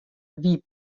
wie